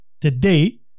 today